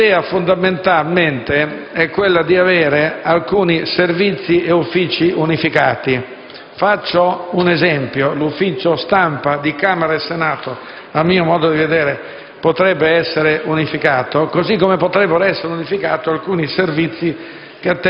L'idea fondamentalmente è quella di unificare alcuni Servizi e Uffici. Faccio un esempio: gli Uffici stampa di Camera e Senato, a mio modo di vedere, potrebbero essere unificati, così come potrebbero essere unificati alcuni Servizi che